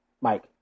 Mike